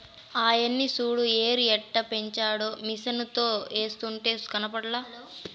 ఆయన్ని సూడు ఎరుయెట్టపెంచారో మిసనుతో ఎస్తున్నాడు కనబల్లా